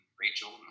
Rachel